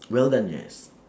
well done yes